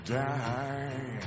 die